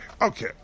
okay